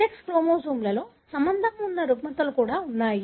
sex క్రోమోజోమ్లతో సంబంధం ఉన్న రుగ్మతలు కూడా ఉన్నాయి